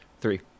Three